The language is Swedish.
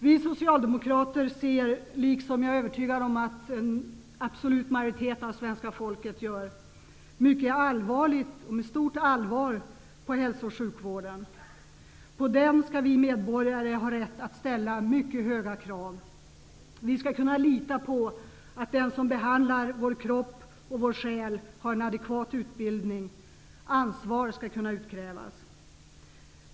Vi socialdemokrater ser liksom -- det är jag övertygad om -- en absolut majoritet av svenska folket med stort allvar på hälso och sjukvården. På denna skall vi medborgare ha rätt att ställa mycket höga krav. Vi skall kunna lita på att den som behandlar vår kropp och vår själ har en adekvat utbildning. Ansvar skall kunna utkrävas.